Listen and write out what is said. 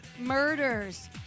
murders